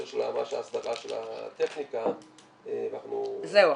של ההסדרה של הטכניקה ואנחנו -- זהו,